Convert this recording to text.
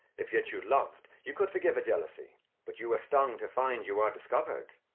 if yet you loved, you could forgive a jealousy but you are stung to find you are discovered.